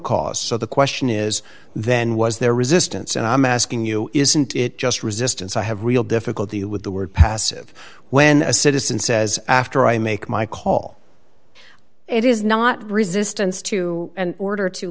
cause so the question is then was there resistance and i'm asking you isn't it just resistance i have real difficulty with the word passive when a citizen says after i make my call it is not resistance to an order to